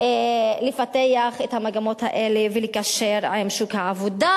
לפתח את המגמות האלה ולקשר עם שוק העבודה,